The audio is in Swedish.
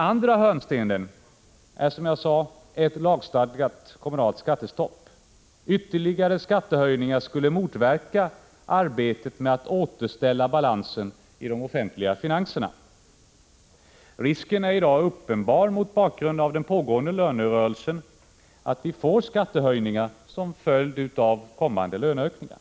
För det andra är, som jag sade, ett lagstadgat kommunalt skattestopp en hörnsten i den kommunala ekonomin. Ytterligare skattehöjningar skulle motverka arbetet med att återställa balansen i de offentliga finanserna. Risken är i dag uppenbar, mot bakgrund av den pågående lönerörelsen, att vi får skattehöjningar som följd av kommande löneökningar.